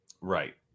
Right